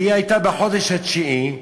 והיא הייתה בחודש התשיעי,